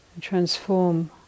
transform